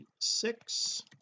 six